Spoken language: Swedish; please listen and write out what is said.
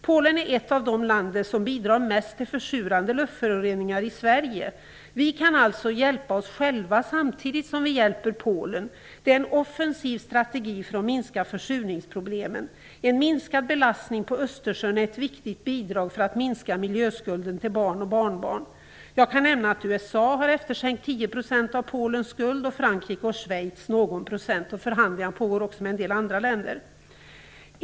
Polen är ett av de länder som bidrar mest till försurande luftföroreningar i Sverige. Vi kan alltså hjälpa oss själva samtidigt som vi hjälper Polen. Det är en offensiv strategi för att minska försurningsproblemen. En minskad belastning på Östersjön är ett viktigt bidrag för att minska miljöskulden till barn och barnbarn. Jag kan nämna att USA har efterskänkt 10 % av Polens skuld och Frankrike och Schweiz någon procent. Förhandlingar pågår också med en del andra länder.